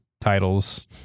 titles